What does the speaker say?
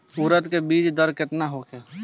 उरद बीज दर केतना होखे?